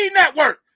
network